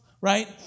right